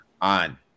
on